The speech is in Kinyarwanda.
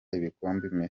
ibikombe